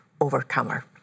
overcomer